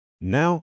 Now